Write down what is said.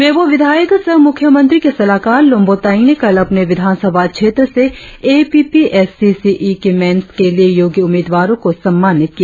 मेबो विधायक सह मुख्यमंत्री के सलाहकार लोम्बो तायेंग ने कल अपने विधानसभा क्षेत्र से एपीपीएससीसीई की मेन्स के लिए योग्य उम्मीदवारों को सम्मानित किया